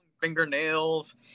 fingernails